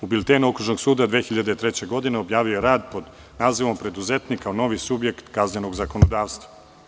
U Biltenu Okružnog suda 2003. godine objavio je rad pod nazivom „Preduzetnik kao novi subjekt kaznenog zakonodavstva“